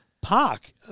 Park